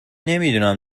نمیدونم